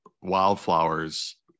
wildflowers